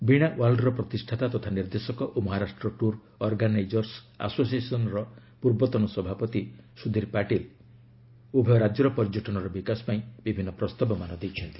ବୀଣା ୱାର୍ଲଡର ପ୍ରତିଷ୍ଠାତା ତଥା ନିର୍ଦ୍ଦେଶକ ଓ ମହାରାଷ୍ଟ୍ର ଟୁର୍ ଅର୍ଗାନାଇଜର୍ସ ଆସୋସିସନ୍ସର ପୂର୍ବତନ ସଭାପତି ସୁଧୀର ପାଟିଲ ଉଭୟ ରାଜ୍ୟର ପର୍ଯ୍ୟଟନର ବିକାଶ ପାଇଁ ବିଭିନ୍ନ ପ୍ରସ୍ତାବମାନ ଦେଇଛନ୍ତି